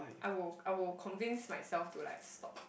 I will I will convince myself to like stop